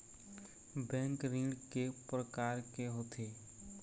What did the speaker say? Bank ऋण के प्रकार के होथे?